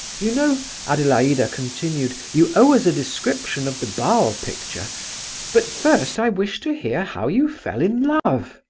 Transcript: you know, adelaida continued, you owe us a description of the basle picture but first i wish to hear how you fell in love.